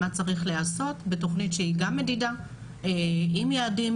צריך להיעשות בתוכנית שהיא גם מדידה עם יעדים